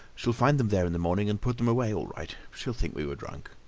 she'll find them there in the morning and put them away all right. she'll think we were drunk.